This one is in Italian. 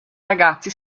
ragazzi